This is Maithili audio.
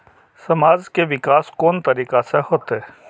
समाज के विकास कोन तरीका से होते?